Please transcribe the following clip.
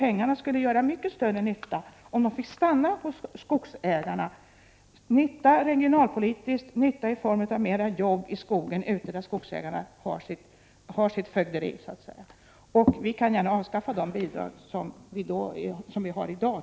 Pengarna skulle göra mycket större nytta om de fick stanna hos skogsägarna — nytta regionalpolitiskt, nytta i form av mera jobb i skogen där de enskilda skogsägarna har sitt fögderi. Vi kan då gärna avskaffa de bidrag vi har i dag.